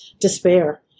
despair